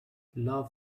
love